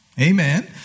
Amen